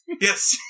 Yes